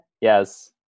Yes